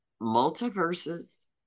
multiverses